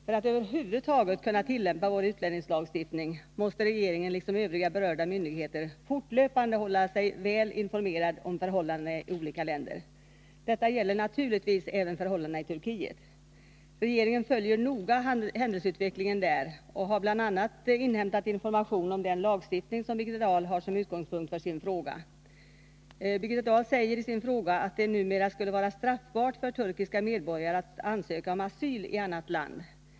För att över huvud taget kunna tillämpa vår utlänningslagstiftning måste regeringen liksom övriga berörda myndigheter fortlöpande hålla sig väl informerad om förhållandena i olika länder. Detta gäller naturligtvis även förhållandena i Turkiet. Regeringen följer noga händelseutvecklingen där och har bl.a. inhämtat information om den lagstiftning som Birgitta Dahl har som utgångspunkt för sin fråga. Birgitta Dahl säger i sin fråga att det numera skulle vara straffbart för turkiska medborgare att ansöka om asyl i annat land.